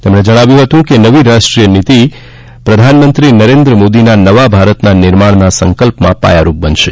તેમણે જણાવ્યું હતું કે નવી રાષ્ટ્રીય શિક્ષણ નીતિ પ્રધાનમંત્રી નરેન્દ્ર મોદીના નવા ભારતના નિર્માણના સંકલ્પમાં પાયારૂપ બનશે